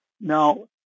Now